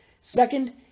Second